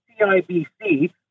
CIBC